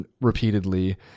repeatedly